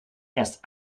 erst